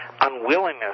unwillingness